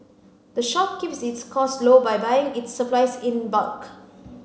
the shop keeps its costs low by buying its supplies in bulk